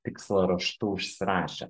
tikslą raštu užsirašę